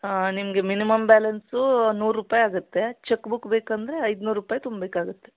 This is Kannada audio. ಹಾಂ ನಿಮಗೆ ಮಿನಿಮಮ್ ಬ್ಯಾಲೆನ್ಸೂ ನೂರುರೂಪಾಯಿ ಆಗುತ್ತೆ ಚಕ್ ಬುಕ್ ಬೇಕೆಂದ್ರೆ ಐದುನೂರು ರೂಪಾಯಿ ತುಂಬೇಕಾಗುತ್ತೆ